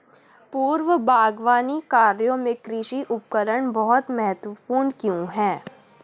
पूर्व बागवानी कार्यों में कृषि उपकरण बहुत महत्वपूर्ण क्यों है?